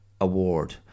award